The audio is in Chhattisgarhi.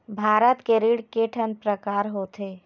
भारत के ऋण के ठन प्रकार होथे?